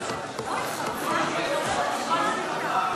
נא לשבת במקומות.